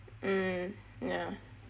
mm yah